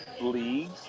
leagues